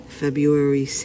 February